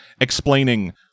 explaining